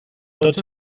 tots